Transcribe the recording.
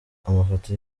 amafoto